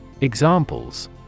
Examples